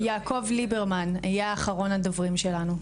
יעקב ליברמן יהיה אחרון הדוברים שלנו.